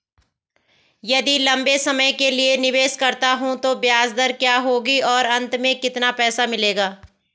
यदि लंबे समय के लिए निवेश करता हूँ तो ब्याज दर क्या होगी और अंत में कितना पैसा मिलेगा?